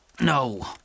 No